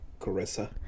Carissa